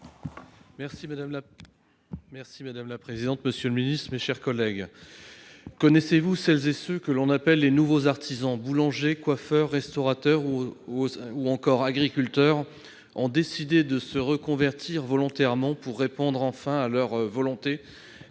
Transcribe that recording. Madame la présidente, monsieur le ministre, mes chers collègues, connaissez-vous celles et ceux que l'on appelle les « nouveaux artisans »? Ils sont boulangers, coiffeurs, restaurateurs ou encore agriculteurs et ils ont décidé de se reconvertir volontairement pour répondre, enfin, à leur volonté